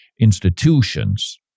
institutions